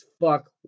fuck